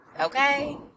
okay